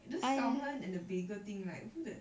this salmon and the bagel thing like who that